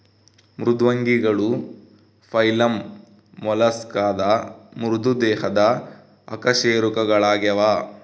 ಮೃದ್ವಂಗಿಗಳು ಫೈಲಮ್ ಮೊಲಸ್ಕಾದ ಮೃದು ದೇಹದ ಅಕಶೇರುಕಗಳಾಗ್ಯವ